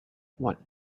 what